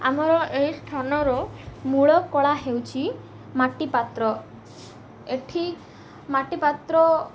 ଆମର ଏହି ସ୍ଥାନର ମୂଳ କଳା ହେଉଛି ମାଟିପାତ୍ର ଏଠି ମାଟିପାତ୍ର